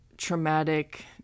traumatic